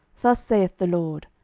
thus saith the lord,